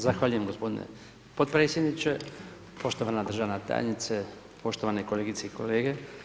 Zahvaljujem g. potpredsjedniče, poštovana državna tajnice poštovane kolegice i kolege.